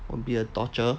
will be a torture